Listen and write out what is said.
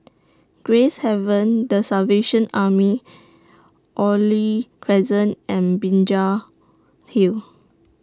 Gracehaven The Salvation Army Oriole Crescent and Binjai Hill